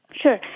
Sure